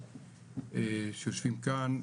שיושבים כאן,